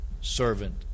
servant